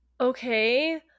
okay